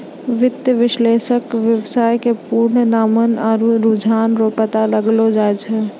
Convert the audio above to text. वित्तीय विश्लेषक वेवसाय के पूर्वानुमान आरु रुझान रो पता लगैलो जाय छै